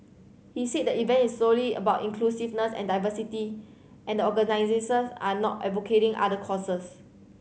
he said the event is solely about inclusiveness and diversity and the organisers are not advocating other causes